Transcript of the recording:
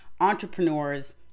entrepreneurs